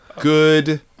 Good